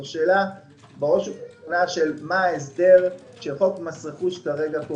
זו שאלה בראש ובראשונה על מה ההסדר שחוק מס רכוש קובע.